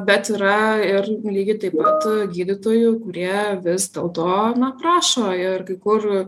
bet yra ir lygiai taip pat gydytojų kurie vis dėlto prašo ir kai kur